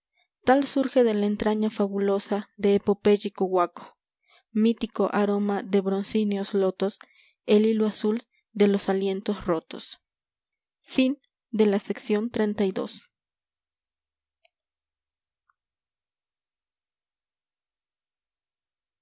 tal surge de la entraña fabulosa de epopéyico huaco mítico aroma de broncíneos lotos el hilo azul de los alientos rotos